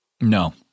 No